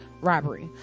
robbery